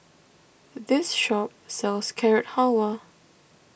this shop sells Carrot Halwa